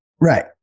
Right